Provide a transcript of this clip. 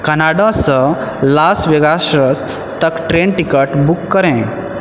कनाडासँ Las Vegas तक train ticket book करे